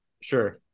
Sure